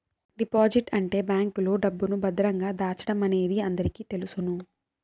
deposit అంటే బ్యాంకులో డబ్బును భద్రంగా దాచడమనేది అందరికీ తెలుసును